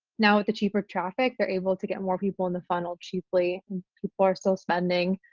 now with the cheaper traffic, they're able to get more people in the funnel cheaply and people are still spending.